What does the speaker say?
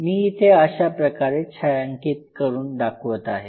मी इथे अशाप्रकारे छायांकित करून दाखवत आहे